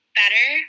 better